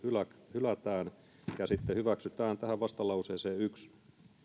hylätään ja hyväksytään tähän vastalauseeseen yksi